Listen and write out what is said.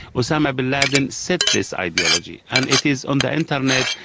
osama bin laden set this ideology and it is on the internet,